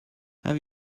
have